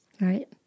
Right